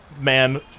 man